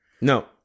No